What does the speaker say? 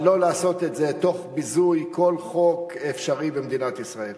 אבל לא לעשות את זה תוך ביזוי כל חוק אפשרי במדינת ישראל.